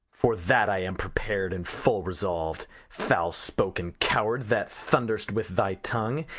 for that i am prepar'd and full resolv'd, foul-spoken coward, that thund'rest with thy tongue,